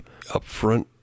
upfront